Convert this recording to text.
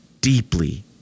deeply